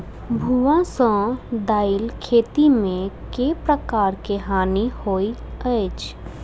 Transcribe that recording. भुआ सँ दालि खेती मे केँ प्रकार केँ हानि होइ अछि?